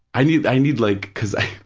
i need i need like, because i,